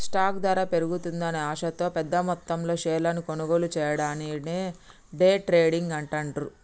stock ధర పెరుగుతుందనే ఆశతో పెద్దమొత్తంలో షేర్లను కొనుగోలు చెయ్యడాన్ని డే ట్రేడింగ్ అంటాండ్రు